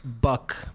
buck